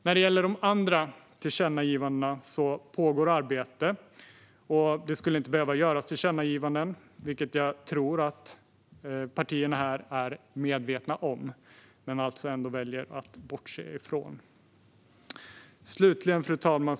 När det gäller de andra tillkännagivandena pågår det ett arbete, och det skulle inte behöva göras tillkännagivanden. Det tror jag att partierna här är medvetna om, men de väljer ändå att bortse från det. Fru talman!